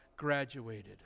graduated